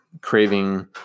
craving